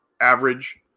Average